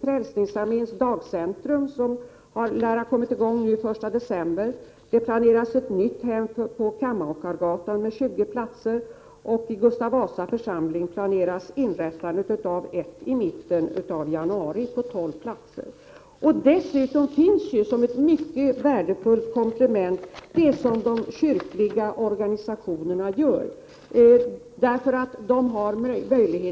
Frälsningsarméns Dagcentrum lär ha kommit i gång den 1 december. Vidare planeras det ett nytt hem på Kammakargatan med 20 platser, och i Gustav Vasa församling planeras inrättandet av ett hem med 12 platser i mitten av januari. Som ett mycket värdefullt komplement finns dessutom de kyrkliga organisationerna,